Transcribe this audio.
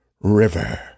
river